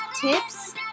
tips